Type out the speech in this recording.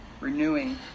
renewing